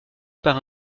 par